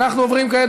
אנחנו עוברים כעת,